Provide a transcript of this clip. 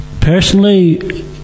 Personally